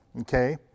okay